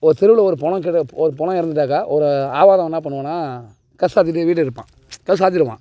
ஒரு தெருவில் ஒரு பிணம் கிட ஒரு பிணம் இறந்துட்டாக்கா ஒரு ஆகாதவன் என்னா பண்ணுவான்னா கதவை சாற்றிட்டு வீட்டில் இருப்பான் கதவை சாற்றிருவான்